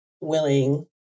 willing